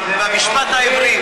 במשפט העברי,